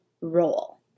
role